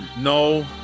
No